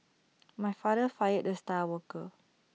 my father fired the star worker